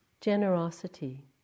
generosity